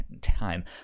time